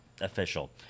official